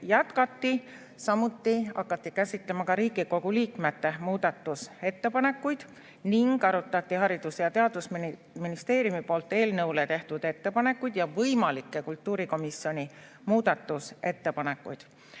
Samuti hakati käsitlema ka Riigikogu liikmete muudatusettepanekuid ning arutati Haridus‑ ja Teadusministeeriumi poolt eelnõu kohta tehtud ettepanekuid ja võimalikke kultuurikomisjoni muudatusettepanekuid.